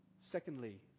Secondly